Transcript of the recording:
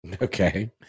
Okay